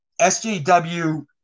SJW